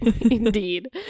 indeed